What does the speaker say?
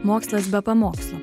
mokslas be pamokslų